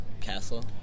castle